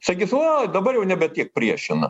sakys o dabar jau nebe tiek priešina